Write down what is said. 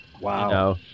Wow